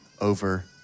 over